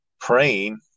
praying